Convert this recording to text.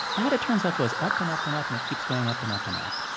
that, it turns out, goes up and up and up and it keeps going up and up and up.